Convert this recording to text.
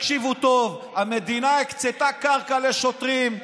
תקשיבו טוב: המדינה הקצתה קרקע לשוטרים,